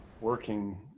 working